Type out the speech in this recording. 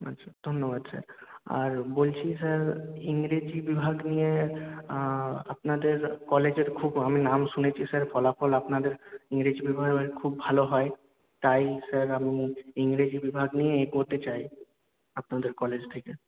আচ্ছা ধন্যবাদ স্যার আর বলছি স্যার ইংরেজি বিভাগ নিয়ে আপনাদের কলেজের খুব আমি নাম শুনেছি স্যার ফলাফল আপনাদের ইংরেজি বিভাগে খুব ভালো হয় তাই স্যার আমি ইংরেজি বিভাগ নিয়ে এগোতে চাই আপনাদের কলেজ থেকে